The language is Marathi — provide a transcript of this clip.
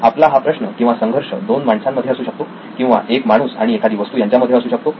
आपला हा प्रश्न किंवा संघर्ष दोन माणसांमध्ये असू शकतो किंवा एक माणूस आणि एखादी वस्तू यांच्यामध्ये असू शकतो